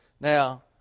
Now